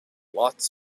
lots